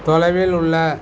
தொலைவில் உள்ள